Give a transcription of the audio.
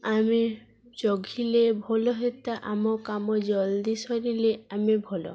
ଆମେ ଚଢ଼ିଲେ ଭଲ ହେତା ଆମ କାମ ଜଲ୍ଦି ସରିଲେ ଆମେ ଭଲ